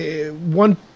one